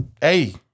hey